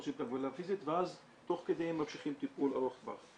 עושים את הגמילה הפיזית ואז תוך כדי הם ממשיכים טיפול ארוך טווח.